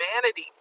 humanity